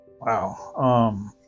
wow